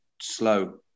slow